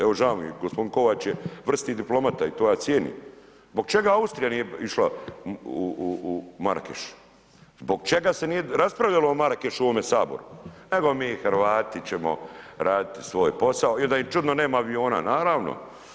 Evo, žao mi je gospodin Kovač je vrsni diplomata i to ja cijenim, zbog čega Austrija nije išla u Marakeš, zbog čega se nije raspravljalo o Marakešu u ovome saboru, nego mi Hrvati ćemo raditi svoj posao i onda im čudno nema aviona, naravno.